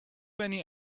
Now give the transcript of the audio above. many